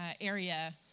area